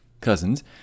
cousins